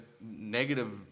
negative